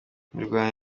imirwano